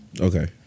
Okay